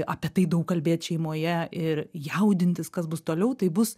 apie tai daug kalbėt šeimoje ir jaudintis kas bus toliau tai bus